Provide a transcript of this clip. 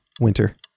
Winter